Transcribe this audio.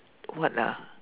what ah